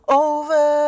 over